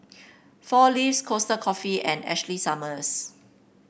Four Leaves Costa Coffee and Ashley Summers